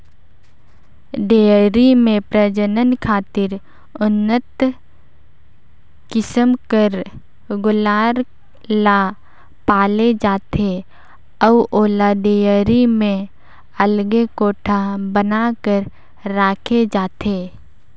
dairy में प्रजनन खातिर उन्नत किसम कर गोल्लर ल पाले जाथे अउ ओला डेयरी में अलगे कोठा बना कर राखे जाथे